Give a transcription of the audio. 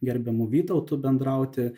gerbiamu vytautu bendrauti